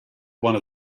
one